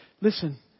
Listen